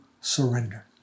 surrender